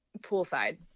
Poolside